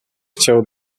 chciał